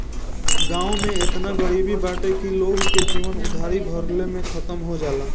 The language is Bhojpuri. गांव में एतना गरीबी बाटे की लोग के जीवन उधारी भरले में खतम हो जाला